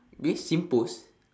with singpost